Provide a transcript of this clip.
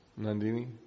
Nandini